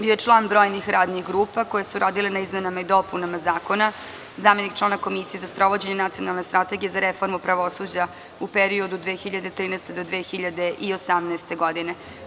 Bio je član brojnih radnih grupa koje su radile na izmenama i dopunama zakona, zamenik člana Komisije za sprovođenje Nacionalne strategije za reformu pravosuđa u periodu od 2013. do 2018. godine.